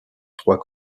trois